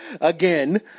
again